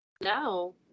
No